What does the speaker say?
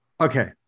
Okay